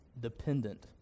dependent